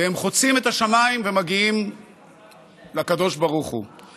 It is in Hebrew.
והם חוצים את השמיים ומגיעים לקדוש ברוך הוא.